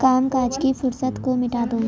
کام کاج کی فرصت کو مٹا دو